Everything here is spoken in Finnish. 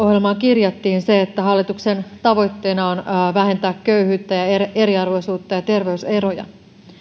hallitusohjelmaan kirjattiin se että hallituksen tavoitteena on vähentää köyhyyttä ja eriarvoisuutta ja terveyseroja